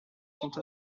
sont